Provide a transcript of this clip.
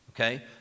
Okay